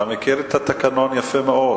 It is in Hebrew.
אתה מכיר את התקנון יפה מאוד.